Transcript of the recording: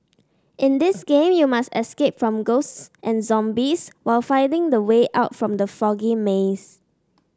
in this game you must escape from ghosts and zombies while finding the way out from the foggy maze